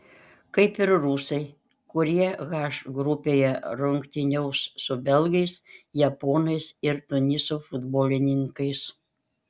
kaip ir rusai kurie h grupėje rungtyniaus su belgais japonais ir tuniso futbolininkais